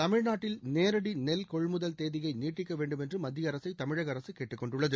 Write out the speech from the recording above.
தமிழ்நாட்டில் நேரடி நெல் கொள்முதல் தேதியை நீட்டிக்க வேண்டுமென்று மத்திய அரசை தமிழக அரசு கேட்டுக் கொண்டுள்ளது